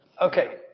Okay